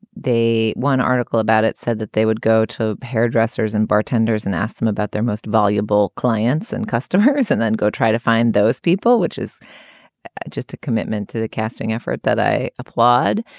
they one article about it said that they would go to hairdressers and bartenders and ask them about their most valuable clients and customers and then go try to find those people, which is just a commitment to the casting effort that i applaud.